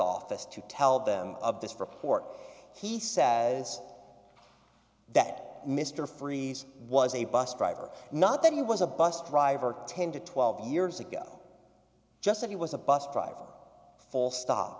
office to tell them of this report he says that mr freeze was a bus driver not that he was a bus driver ten to twelve years ago just that he was a bus driver full stop